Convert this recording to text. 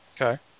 Okay